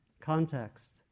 context